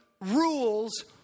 rules